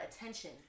attention